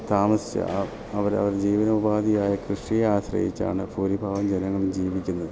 താമസിച്ച് അവരവർ ജീവനോപാധിയായ കൃഷിയെ ആശ്രയിച്ചാണ് ഭൂരിഭാഗം ജനങ്ങളും ജീവിക്കുന്നത്